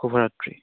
শুভৰাত্ৰি